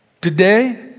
Today